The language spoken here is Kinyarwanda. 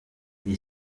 iyi